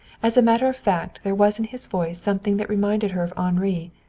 as a matter of fact there was in his voice something that reminded her of henri,